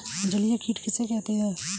जलीय कीट किसे कहते हैं?